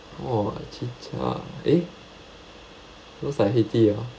!wah! chicha eh looks like heytea oh